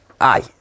Aye